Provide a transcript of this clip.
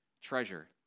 treasure